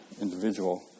individual